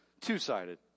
two-sided